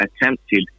attempted